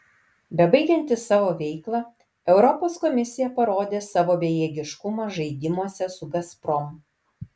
bebaigianti savo veiklą europos komisija parodė savo bejėgiškumą žaidimuose su gazprom